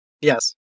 Yes